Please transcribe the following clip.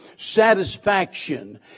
satisfaction